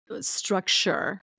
structure